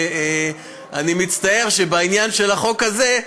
ואני מצטער שבעניין של החוק הזה,